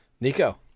Nico